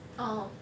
uh